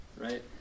right